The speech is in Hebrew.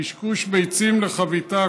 קשקוש ביצים לחביתה,